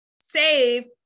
save